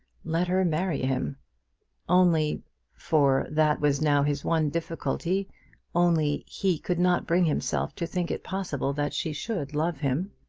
let her marry him only for that was now his one difficulty only he could not bring himself to think it possible that she should love him.